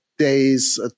day's